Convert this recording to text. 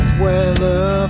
weather